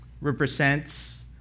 represents